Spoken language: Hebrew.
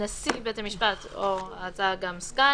נשיא בית המשפט או ההצעה גם סגן,